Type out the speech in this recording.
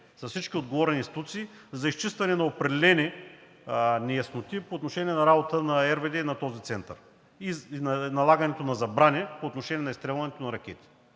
с всички отговорни институции за изчистване на определени неясноти по отношение на работата на РВД и на този център и налагането на забрани по отношение на изстрелването на ракети.